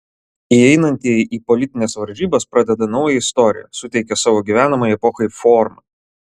įeinantieji į politines varžybas pradeda naują istoriją suteikia savo gyvenamai epochai formą